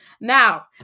now